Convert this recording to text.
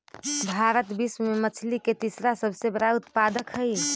भारत विश्व में मछली के तीसरा सबसे बड़ा उत्पादक हई